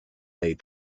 laid